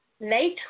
late